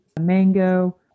mango